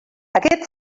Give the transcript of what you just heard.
aquest